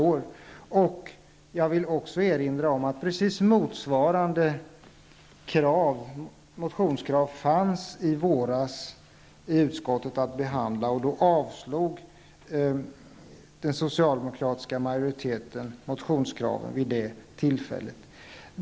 Jag vill också erinra om att precis motsvarande motionskrav fanns i våras att behandla i utskottet. Den socialdemokratiska majoriteten avslog motionskravet vid det tillfället.